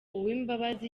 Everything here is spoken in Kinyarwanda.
uwimbabazi